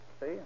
See